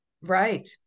right